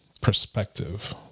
perspective